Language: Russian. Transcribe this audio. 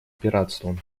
пиратством